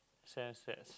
sense that